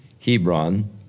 Hebron